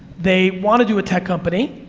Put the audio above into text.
they wanna do a tech company,